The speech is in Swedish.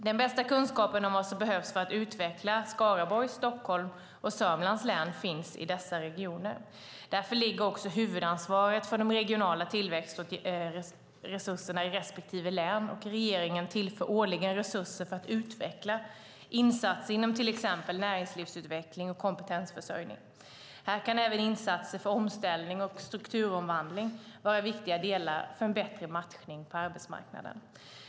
Den bästa kunskapen om vad som behövs för att utveckla Skaraborg, Stockholm och Sörmlands län finns i dessa regioner. Därför ligger också huvudansvaret för de regionala tillväxtresurserna i respektive län, och regeringen tillför årligen resurser för att utveckla insatser inom till exempel näringslivsutveckling och kompetensförsörjning. Här kan även insatser för omställning och strukturomvandling vara viktiga delar för en bättre matchning på arbetsmarknaden.